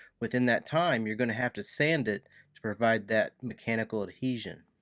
within that time, you're gonna have to sand it to provide that mechanical adhesion.